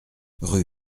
rue